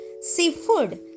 seafood